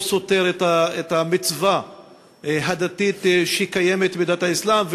סותר את המצווה הדתית שקיימת בדת האסלאם,